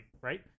Right